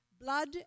Blood